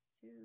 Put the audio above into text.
two